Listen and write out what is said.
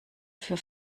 für